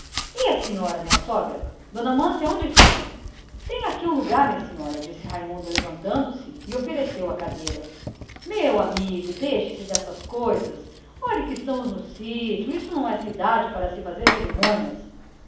e a senhora minha sogra d amância onde ficam tem aqui um lugar minha senhora disse raimundo levantando-se e ofereceu a cadeira meu amigo censurou manuel deixe-se dessas coisas olhe que estamos no sítio isto cá não é cidade para se fazer cerimônias